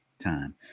time